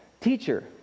Teacher